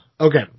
Okay